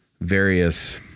various